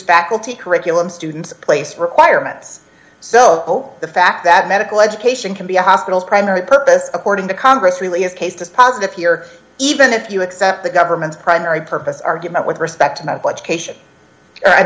faculty curriculum students place requirements so the fact that medical education can be a hospital primary purpose according to congress really is case dispositive here even if you accept the government's primary purpose argument with respect to